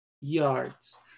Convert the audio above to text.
yards